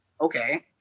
okay